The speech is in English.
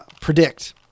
predict